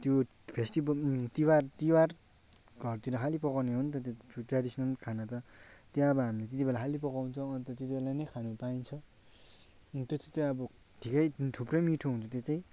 त्यो फेस्टिबल तिहार तिहार घरतिर खालि पकाउने हो नि त त्यो ट्रेडिसनल खाना त त्यो अब हामीले त्यति बेला खालि पकाउँछौँ अन्त त्यति बेला नै खानु पाइन्छ त्यो चाहिँ त्यो अब ठिकै थुप्रै मिठो हुन्छ त्यो चाहिँ